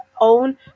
own